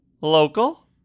Local